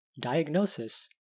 diagnosis